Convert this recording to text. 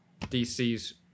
dc's